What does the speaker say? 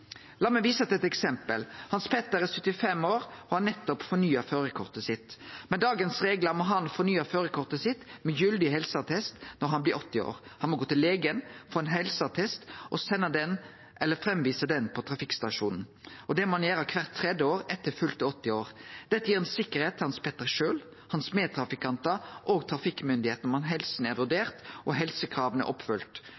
meg vise til eit eksempel. Hans Petter er 75 år og har nettopp fornya førarkortet sitt. Med dagens reglar må han fornye førarkortet sitt med gyldig helseattest når han vert 80 år. Han må gå til legen, få ein helseattest og vise han fram på trafikkstasjonen. Det må han gjere kvart tredje år etter fylte 80 år. Dette gir ei sikkerheit for Hans Petter sjølv, medtrafikantane og trafikkmyndigheitene om at helsa er